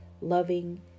loving